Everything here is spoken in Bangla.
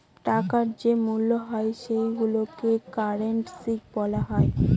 টাকার যে মূল্য হয় সেইগুলোকে কারেন্সি বলা হয়